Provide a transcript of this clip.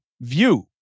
view